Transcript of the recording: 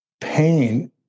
pain